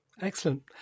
Excellent